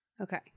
okay